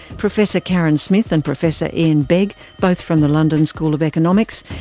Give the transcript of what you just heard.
professor karen smith and professor iain begg, both from the london school of economics,